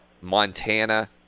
Montana